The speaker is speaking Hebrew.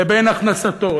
לבין הכנסתו.